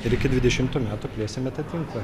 ir iki dvidešimtų metų plėsime tą tinklą